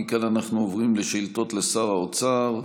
ומכאן אנחנו עוברים לשאילתות לשר האוצר.